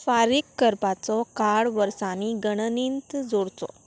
फारीक करपाचो काळ वर्सांनी गणनींत जोडचो